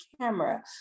camera